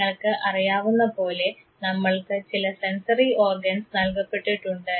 നിങ്ങൾക്ക് അറിയാവുന്നപോലെ നമ്മൾക്ക് ചില സെൻസറി ഓർഗൻസ് നൽകപ്പെട്ടിട്ടുണ്ട്